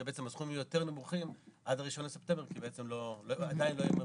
שבעצם הסכומים יהיו יותר נמוכים עד ה-1 בספטמבר כי בעצם עדיין לא יהיה.